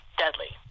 deadly